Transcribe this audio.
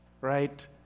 right